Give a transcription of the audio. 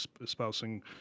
espousing